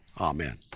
Amen